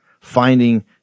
finding